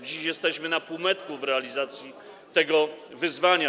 Dziś jesteśmy na półmetku w realizacji tego wyzwania.